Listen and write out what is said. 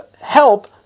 help